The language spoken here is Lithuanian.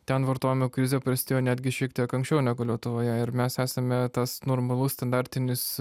ten vartojimo krizė prasidėjo netgi šiek tiek anksčiau negu lietuvoje ir mes esame tas normalus standartinis